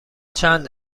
چند